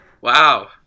Wow